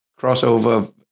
crossover